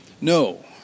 No